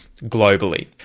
globally